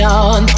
on